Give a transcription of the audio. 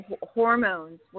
hormones